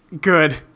Good